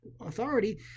authority